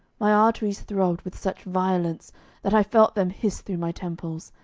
my arteries throbbed with such violence that i felt them hiss through my temples,